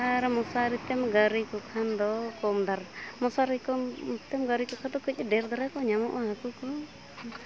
ᱟᱨ ᱢᱚᱥᱟᱨᱤᱛᱮᱢ ᱜᱟᱨᱤ ᱠᱚ ᱠᱷᱟᱱ ᱫᱚ ᱠᱚᱢ ᱫᱷᱟᱨᱟ ᱢᱚᱥᱟᱨᱤ ᱠᱚᱢ ᱛᱮᱢ ᱜᱟᱨᱤ ᱠᱚ ᱠᱷᱟᱱ ᱫᱚ ᱠᱟᱹᱡ ᱰᱷᱮᱨ ᱫᱷᱟᱨᱟ ᱠᱚ ᱧᱟᱢᱚᱜᱼᱟ ᱦᱟᱹᱠᱩ ᱠᱚ